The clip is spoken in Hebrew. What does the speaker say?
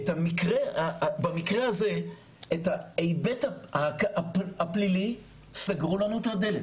במקרה הזה בהיבט הפלילי סגרו לנו את הדלת,